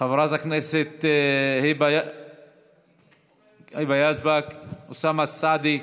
חברת הכנסת היבה יזבק, חברי הכנסת אוסאמה סעדי,